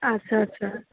আচ্ছা আচ্ছা